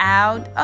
out